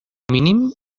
mínim